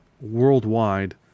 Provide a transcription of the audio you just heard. Worldwide